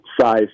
size